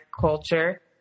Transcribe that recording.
culture